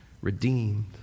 redeemed